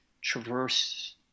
traverse